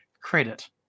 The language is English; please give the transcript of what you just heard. credit